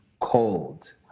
cold